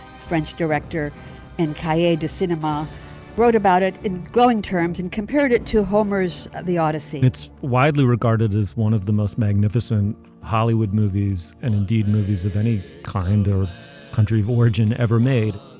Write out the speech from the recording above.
french director and came to cinema wrote about it in glowing terms and compared it to homer's the odyssey it's widely regarded as one of the most magnificent hollywood movies and indeed movies of any kind or country of origin ever made